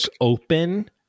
open